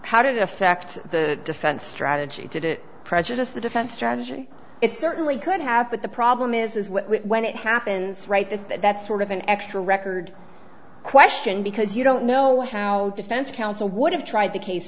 how did it affect the defense strategy to prejudice the defense strategy it certainly could have but the problem is when it happens right there that that sort of an extra record question because you don't know how defense counsel would have tried the case